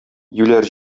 юләр